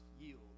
yield